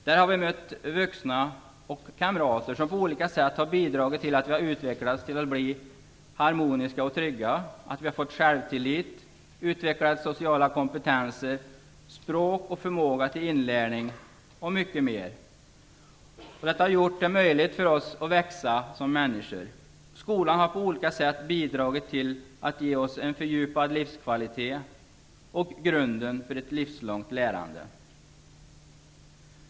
Där har vi mött både vuxna och kamrater som på olika sätt har bidragit till att vi utvecklats till att bli harmoniska och trygga, att vi har fått självtillit och till att vi har utvecklat sociala kompetenser, språk, förmåga till inlärning och mycket mera. Detta har gjort det möjligt för oss att växa som människor. Skolan har på olika sätt bidragit till att ge oss en fördjupad livskvalitet och en grund för ett livslångt lärande.